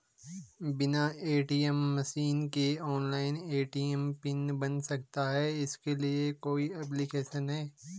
बिना ATM machine के online ATM PIN बन सकता है इसके लिए कोई ऐप्लिकेशन है?